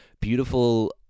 beautiful